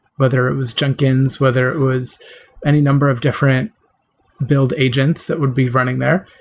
whether it was jenkins, whether it was any number of different build agents that would be running there.